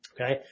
Okay